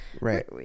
Right